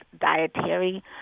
dietary